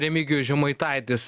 remigijus žemaitaitis